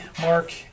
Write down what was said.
Mark